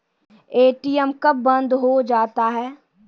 ATM कब बंद हो जाता हैं?